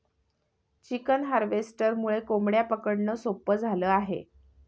chicken हार्वेस्टरमुळे कोंबड्या पकडणं सोपं झालं आहे